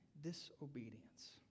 disobedience